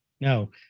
No